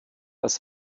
als